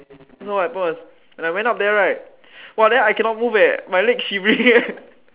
so what happen was when I went up there right !wah! then I cannot move eh my leg shivering eh